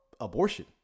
abortion